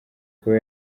kuba